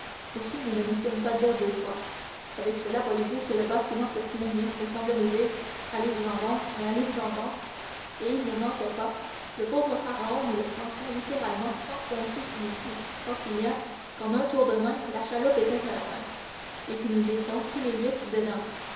aussi nous ne nous le fîmes pas dire à deux fois avec cela voyez-vous que le bâtiment se plaignait et semblait nous dire allez-vous-en donc mais allez-vous-en donc et il ne mentait pas le pauvre pharaon nous le sentions littéralement s'enfoncer sous nos pieds tant il y a qu'en un tour de main la chaloupe était à la mer et que nous étions tous les huit dedans